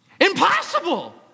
Impossible